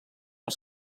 per